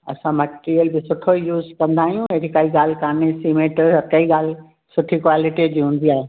असां मैटेरियल ॿि सुठो यूस कंदा आहियूं अहिड़ी काई ॻाल्हि काने सीमेंट हिक ई ॻाल्हि सुठी क्वालिटी जी हूंदी आहे